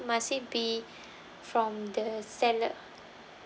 must it be from the seller